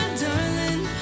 darling